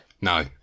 No